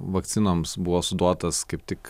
vakcinoms buvo suduotas kaip tik